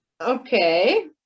okay